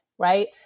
right